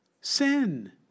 sin